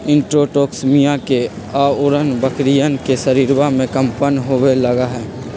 enterotoxaemia के अआरण बकरियन के शरीरवा में कम्पन होवे लगा हई